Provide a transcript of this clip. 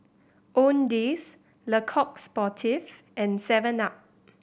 Owndays Le Coq Sportif and seven Up